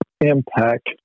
impact